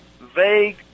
vague